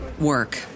work